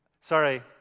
sorry